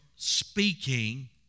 speaking